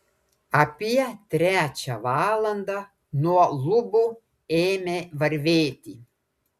apie trečią valandą nuo lubų ėmė varvėti